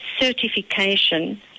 certification